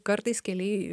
kartais keliai